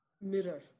mirror